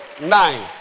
nine